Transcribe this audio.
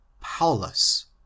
paulus